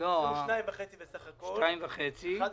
בחוק הזה.